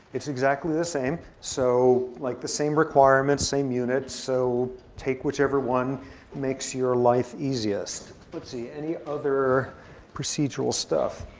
it's exactly the same. so like the same requirements, same unit. so take whichever one makes your life easiest let's see. any other procedural stuff?